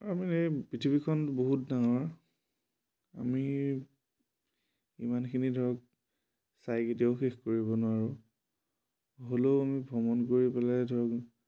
আৰু আমি পৃথিৱীখন বহুত ডাঙৰ আমি ইমানখিনি ধৰক চাই কেতিয়াও শেষ কৰিব নোৱাৰোঁ হ'লেও আমি ভ্ৰমণ কৰি পেলাই ধৰক